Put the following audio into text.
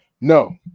No